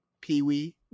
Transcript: peewee